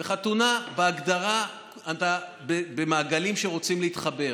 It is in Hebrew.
בחתונה, בהגדרה אתה במעגלים שרוצים להתחבר,